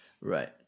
Right